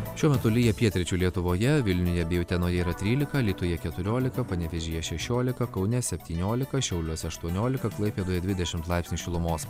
šiuo metu lyja pietryčių lietuvoje vilniuje bei utenoje yra trylika alytuje keturiolika panevėžyje šešiolika kaune septyniolika šiauliuose aštuoniolika klaipėdoje dvidešimt laipsnių šilumos